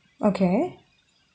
okay